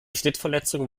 schnittverletzung